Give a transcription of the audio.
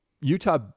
Utah